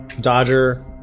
Dodger